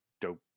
dope